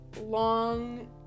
long